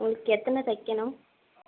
உங்களுக்கு எத்தனை தைக்கணும்